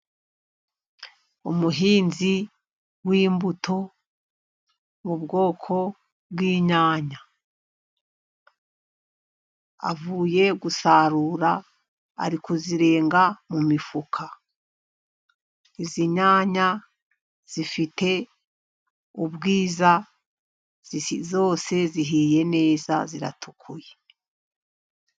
Umuhinzi w'imbuto mu bwoko bw'inyanya, avuye gusarura, ari kuzirenga mu mifuka. Izi nyanya zifite ubwiza, zose zihiye neza, ziratukuye.